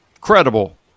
credible